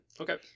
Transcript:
Okay